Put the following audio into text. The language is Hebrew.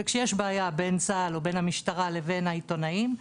וכשיש בעיה בין צה"ל או בין המשטרה לבין העיתונאים,